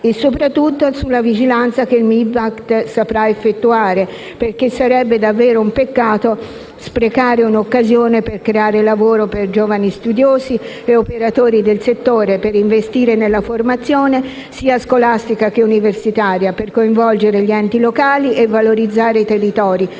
e delle attività culturali e del turismo saprà effettuare. Sarebbe davvero un peccato sprecare un'occasione per creare lavoro per giovani studiosi e operatori del settore, per investire nella formazione sia scolastica che universitaria, per coinvolgere gli enti locali e valorizzare i territori